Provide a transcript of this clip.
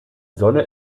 sonne